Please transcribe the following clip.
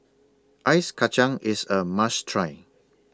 Ice Kachang IS A must Try